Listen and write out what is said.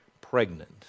pregnant